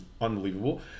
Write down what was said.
unbelievable